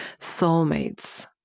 Soulmates